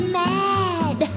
mad